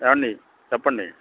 ఏమండి చెప్పండి